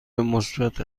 مثبت